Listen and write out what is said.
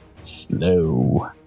slow